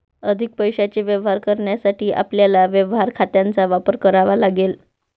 अधिक पैशाचे व्यवहार करण्यासाठी आपल्याला व्यवहार खात्यांचा वापर करावा लागेल